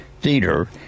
Theater